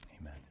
amen